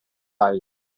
tiger